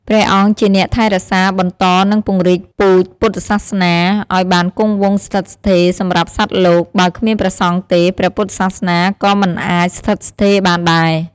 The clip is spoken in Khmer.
ព្រះអង្គជាអ្នកថែរក្សា បន្ត និងពង្រីកពូជពុទ្ធសាសនាឱ្យបានគង់វង្សស្ថិតស្ថេរសម្រាប់សត្វលោក បើគ្មានព្រះសង្ឃទេ ព្រះពុទ្ធសាសនាក៏មិនអាចស្ថិតស្ថេរបានដែរ។